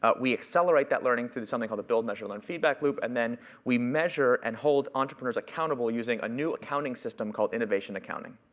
ah we accelerate that learning through something called the build-measure-learn feedback loop. and then we measure and hold entrepreneurs accountable using a new accounting system called innovation accounting.